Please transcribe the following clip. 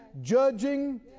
judging